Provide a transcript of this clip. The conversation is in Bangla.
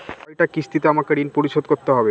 কয়টা কিস্তিতে আমাকে ঋণ পরিশোধ করতে হবে?